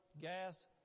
gas